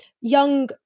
young